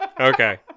Okay